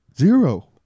zero